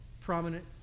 prominent